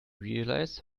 realize